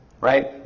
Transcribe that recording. right